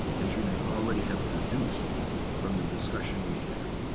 as you may already have deduced from the discussion we had.